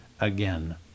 again